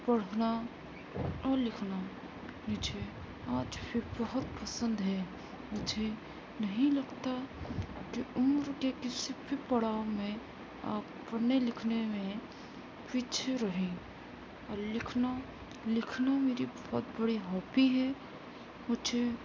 پڑھنا اور لکھنا مجھے آج بھی بہت پسند ہے مجھے نہیں لگتا کہ عمر کے کسی بھی پڑاؤ میں آپ پڑھنے لکھنے میں پیچھے رہیں اور لکھنا لکھنا میری بہت بڑی ہابی ہے مجھے